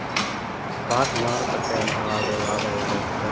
Spot ಮಾರುಕಟ್ಟೆಯಿಂದ ಆಗೋ ಲಾಭ ಏನಿರತ್ತ?